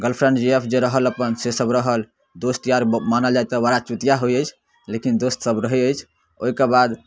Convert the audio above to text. girlfriend G F जे रहल अपन से सभ रहल दोस्त यारमे मानल जाइ तऽ बड़ा होइ अछि लेकिन दोस्त सभ रहै अछि ओइके बाद